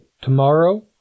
tomorrow